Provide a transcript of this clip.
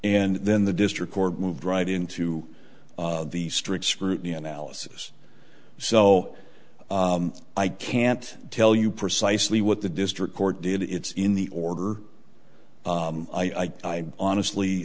and then the district court moved right into the strict scrutiny analysis so i can't tell you precisely what the district court did it's in the order i honestly